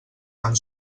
tan